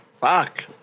Fuck